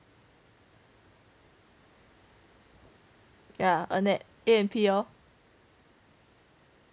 yeah A and P lor